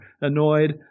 annoyed